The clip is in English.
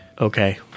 Okay